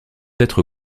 être